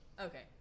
Okay